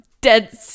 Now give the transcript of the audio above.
dead